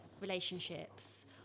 relationships